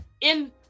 in-